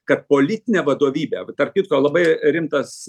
kad politinė vadovybė va tarp kitko labai rimtas